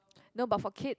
no but for kids